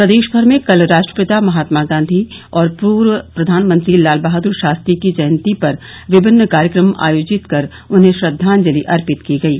प्रदेश भर में कल राष्ट्रपिता महात्मा गांधी और पूर्व प्रधानमंत्री लाल बहादुर शास्त्री की जयंती पर विभिन्न कार्यक्रम आयोजित कर उन्हें श्रद्धांजलि अर्पित की गयी